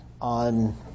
on